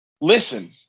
listen